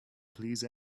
please